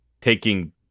taking